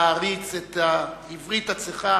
להעריץ את העברית הצחה